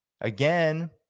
again